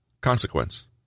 Consequence